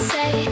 Say